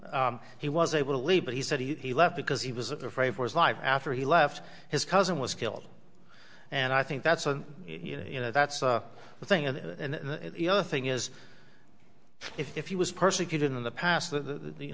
he was able to leave but he said he left because he was afraid for his life after he left his cousin was killed and i think that's you know that's the thing and you know the thing is if he was persecuted in the past the you